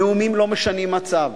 נאומים לא משנים מצב,